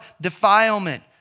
defilement